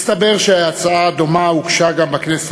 מסתבר שהצעה דומה הוגשה גם בכנסת